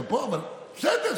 בסדר,